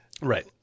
Right